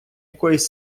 якоїсь